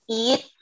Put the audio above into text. eat